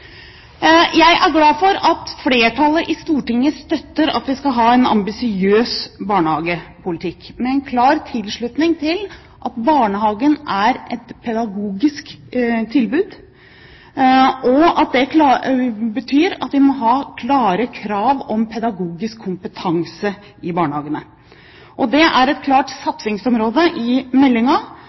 Jeg er glad for at flertallet i Stortinget støtter at vi skal ha en ambisiøs barnehagepolitikk med en klar tilslutning til at barnehagen er et pedagogisk tilbud, og at det betyr at vi må ha klare krav om pedagogisk kompetanse i barnehagene. Det er et klart satsingsområde i